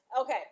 Okay